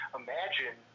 imagine